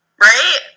Right